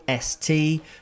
ST